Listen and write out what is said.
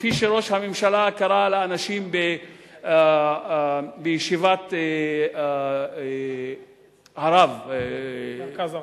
כפי שראש הממשלה קרא לאנשים בישיבת הרב "מרכז הרב".